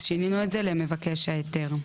אז שינינו את זה למבקש ההיתר.